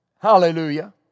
hallelujah